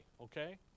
okay